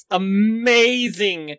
amazing